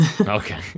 Okay